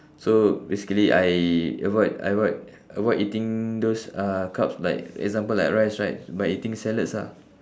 so basically I avoid I avoid avoid eating those uh carbs like example like rice right by eating salads ah